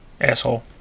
Asshole